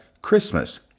Christmas